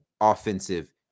offensive